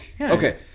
Okay